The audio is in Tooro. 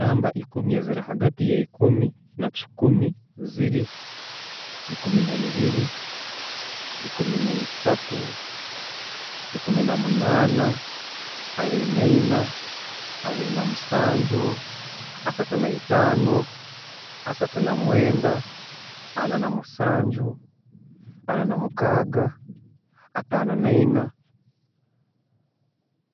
Enamba ekuumi eziri hagati ye'kumi nachikumi ziri, ekumi naibiri, ekumi naisatu, ekumi na'munana, abiri naina, abiri namusanju, asatu naitaano, asatu namwenda, ana namusanju, ana'namukaga, atano naina.